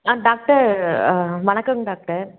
ஆ doctor வணக்கங்க doctor